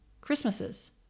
Christmases